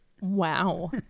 wow